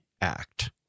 act